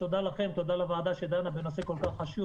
תודה לוועדה שדנה בנושא כל כך חשוב,